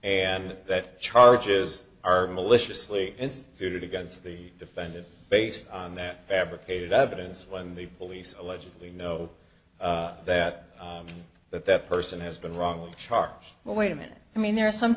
and that charges are maliciously instituted against the defendant based on that fabricated evidence when the police allegedly know that that that person has been wrongly charged but wait a minute i mean there are some